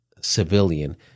civilian